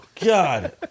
God